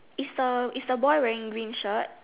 is the is the boy wearing green shirt